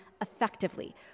effectively